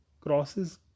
crosses